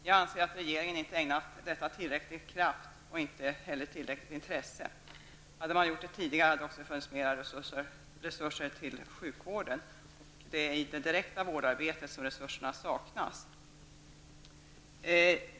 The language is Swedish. Jag anser att regeringen inte har ägnat detta tillräcklig kraft och inte heller tillräckligt intresse. Hade man gjort det tidigare hade det också funnits mera resurser till sjukvården. Det är i det direkta vårdarbetet som resurserna saknas.